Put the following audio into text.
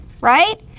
right